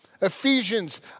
Ephesians